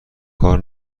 کار